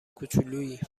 کوچولویی